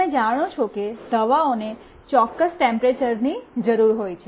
તમે જાણો છો કે દવાઓને ચોક્કસ ટેમ્પરેચર્ ની જરૂર હોય છે